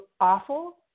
awful